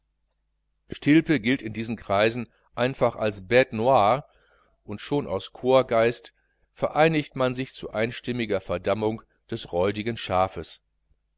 stilpe gilt in diesen kreisen einfach als bte noire und schon aus korpsgeist vereinigt man sich zu einstimmiger verdammung des räudigen schafes